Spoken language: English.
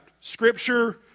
scripture